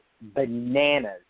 bananas